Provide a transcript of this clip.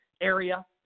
area